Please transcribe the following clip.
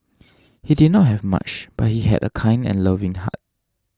he did not have much but he had a kind and loving heart